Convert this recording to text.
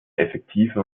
effektiven